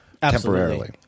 temporarily